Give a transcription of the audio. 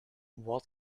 what